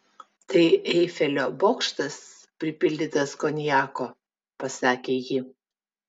tai eifelio bokštas pripildytas konjako pasakė ji